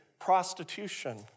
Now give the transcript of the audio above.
Prostitution